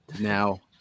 now